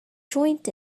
joint